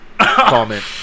comment